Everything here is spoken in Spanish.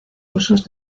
rusos